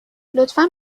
لطفا